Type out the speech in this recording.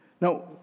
Now